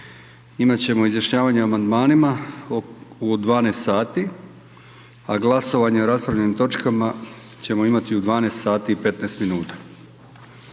Imat ćemo izjašnjavanje o amandmanima u 12 sati, a glasovanje o raspravljenim točkama ćemo imati u 12 sati i 15 minuta.